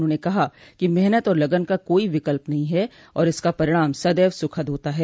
उन्होंने कहा कि मेहनत और लगन का कोई विकल्प नहीं है और इसका परिणाम सदैव सुखद होता है